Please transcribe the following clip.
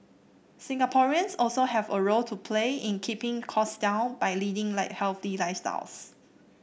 Singaporeans also have a role to play in keeping cost down by leading healthy lifestyles